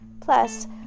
plus